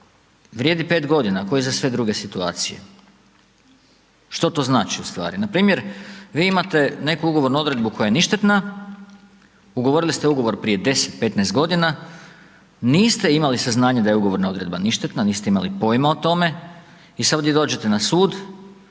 vrijedi 5 godina kao i za sve druge situacije. Što to znači u stvari? Npr. vi imate neku ugovornu odredbu koja je ništetna, ugovorili ste ugovor prije 10, 15 godina, niste imali saznanja da je ugovorna odredba ništetna, niste imali pojima o tome i sad ovdje dođete na sud,